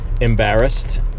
embarrassed